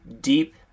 deep